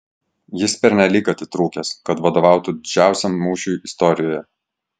jis pernelyg atitrūkęs kad vadovautų didžiausiam mūšiui istorijoje